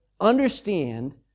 understand